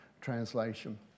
translation